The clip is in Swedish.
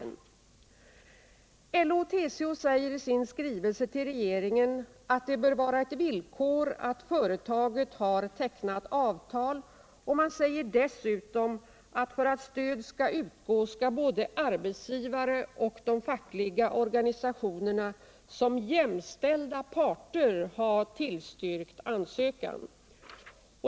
LO och TCO säger i sin skrivelse till regeringen att det bör vara ett villkor att företaget har tecknat avtal, och man säger dessutom att för att stöd skall utgå skall både arbetsgivaren och de fackliga organisationerna, som jämställda parter, ha tillstyrkt ansökan.